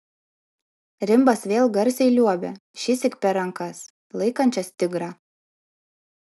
rimbas vėl garsiai liuobia šįsyk per rankas laikančias tigrą